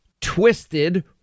twisted